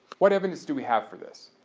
what evidence do we have for this?